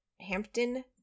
Hampton